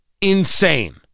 insane